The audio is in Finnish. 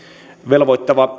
velvoittava